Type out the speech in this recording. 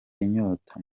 inyota